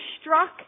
struck